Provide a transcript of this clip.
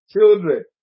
children